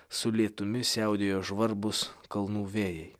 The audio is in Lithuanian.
su lietumi siautėjo žvarbūs kalnų vėjai